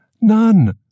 None